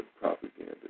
propaganda